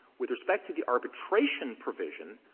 with respect to the arbitration provision,